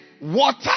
water